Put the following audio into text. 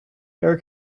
air